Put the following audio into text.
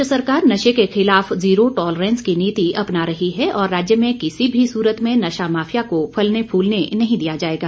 प्रदेश सरकार नशे के खिलाफ जीरो टॉलरेंस की नीति अपना रही है और राज्य में किसी भी सूरत में नशा माफिया को फलने फूलने नहीं दिया जाएगा